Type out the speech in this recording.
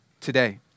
today